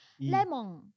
Lemon